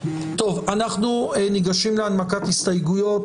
אנחנו ניגשים להנמקת הסתייגויות.